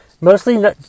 mostly